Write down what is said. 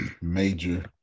major